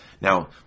Now